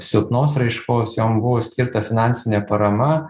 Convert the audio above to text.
silpnos raiškos jom buvo skirta finansinė parama